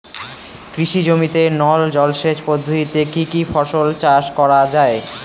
কৃষি জমিতে নল জলসেচ পদ্ধতিতে কী কী ফসল চাষ করা য়ায়?